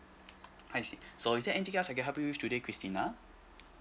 I see so is there anything else I can help you with today christina